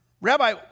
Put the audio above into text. Rabbi